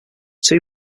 two